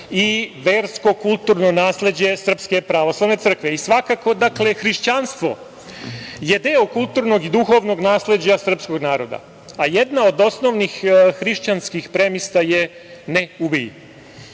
i versko-kulturno nasleđe Srpske pravoslavne crkve i svakako je hrišćanstvo deo kulturnog i duhovnog nasleđa srpskog naroda. Jedna od osnovnih hrišćanskih premisa je „ne ubij“.